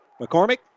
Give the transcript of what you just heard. McCormick